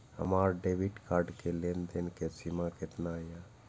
हमार debit card के लेन देन के सीमा केतना ये?